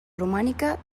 romànica